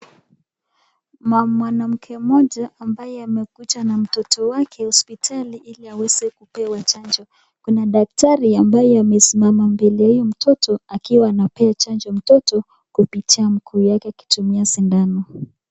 Mwanamke mmoja ambaye amekuja na mtoto wake hospitali ili aweze kupewa chanjo. Kuna daktari ambaye amesimama mbele ya huyu mtoto akiwa anapea mtoto chanjo kupitia mguu yake kutumia sindano.